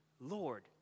Lord